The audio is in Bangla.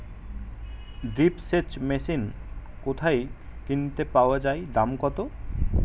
ড্রিপ সেচ মেশিন কোথায় কিনতে পাওয়া যায় দাম কত?